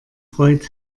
freut